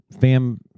Fam